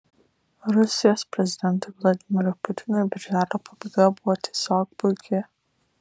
rusijos prezidentui vladimirui putinui birželio pabaiga buvo tiesiog puiki